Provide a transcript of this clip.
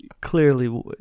clearly